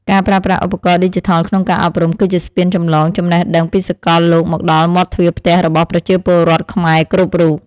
ការប្រើប្រាស់ឧបករណ៍ឌីជីថលក្នុងការអប់រំ គឺជាស្ពានចម្លងចំណេះដឹងពីសកលលោកមកដល់មាត់ទ្វារផ្ទះរបស់ប្រជាពលរដ្ឋខ្មែរគ្រប់រូប។